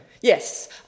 Yes